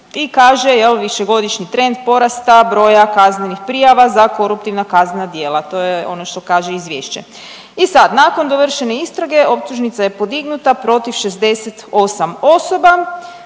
I kaže jel višegodišnji trend porasta kaznenih prijava za koruptivna kaznena djela. To je ono što kaže izvješće. I sad nakon dovršene istrage optužnica je podignuta protiv 68 osoba